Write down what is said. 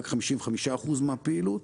רק 55% מהפעילות,